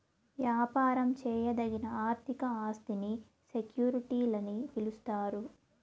యాపారం చేయదగిన ఆర్థిక ఆస్తిని సెక్యూరిటీలని పిలిస్తారు